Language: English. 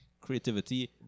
creativity